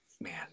man